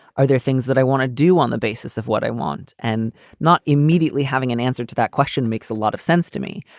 are there things that i want to do on the basis of what i want? and not immediately having an answer to that question makes a lot of sense to me.